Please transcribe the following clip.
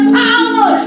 power